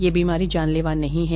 यह बीमारी जानलेवा नहीं है